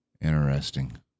Interesting